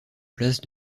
place